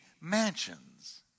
mansions